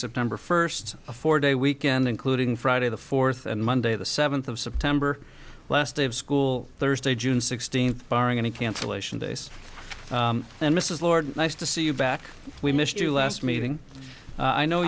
september first a four day weekend including friday the fourth monday the seventh of september last day of school thursday june sixteenth barring any cancellation days and this is lord nice to see you back we missed you last meeting i know